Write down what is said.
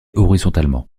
horizontalement